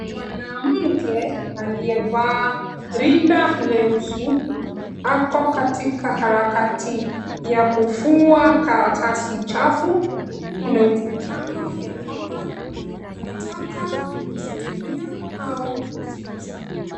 Mwanamke aliyevaa rinda leusi ako katika harakati ya kufua karatasi chafu, kuna uwezekano ya kwamba anataka kuzitumia au kuziuza.